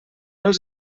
els